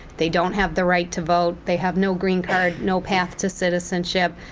they don't have the right to vote, they have no green card, no path to citizenship,